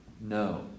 No